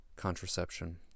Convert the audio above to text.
Contraception